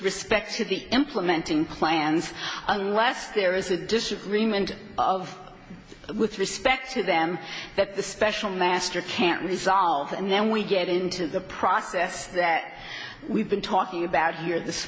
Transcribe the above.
respect to the implementing plans unless there is a disagreement of with respect to them that the special master can dissolve and then we get into the process that we've been talking about here this